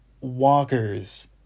walkers